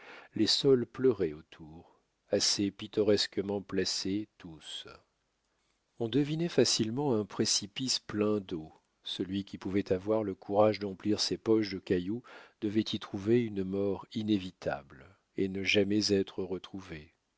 les saules pleuraient autour assez pittoresquement placés tous on devinait facilement un précipice plein d'eau celui qui pouvait avoir le courage d'emplir ses poches de cailloux devait y trouver une mort inévitable et ne jamais être retrouvé